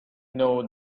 know